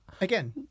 again